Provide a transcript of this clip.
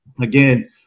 again